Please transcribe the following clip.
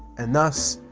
and thus,